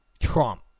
Trump